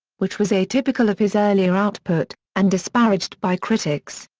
which was atypical of his earlier output, and disparaged by critics.